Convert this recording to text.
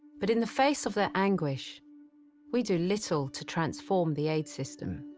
but in the face of their anguish we do little to transform the aid system.